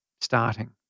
starting